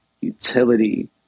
utility